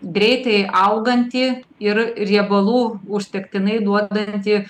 greitai augantį ir riebalų užtektinai duodantį